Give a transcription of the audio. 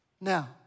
Now